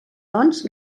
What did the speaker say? doncs